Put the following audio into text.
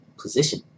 position